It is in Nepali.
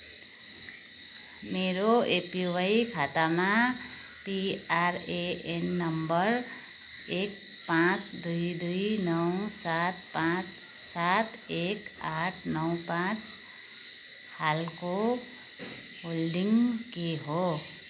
मेरो एपिवाई खातामा पिएरएएन नम्बर एक पाँच दुई दुई नौ सात पाँच सात एक आठ नौ पाँच हालको होल्डिङ के हो